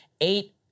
eight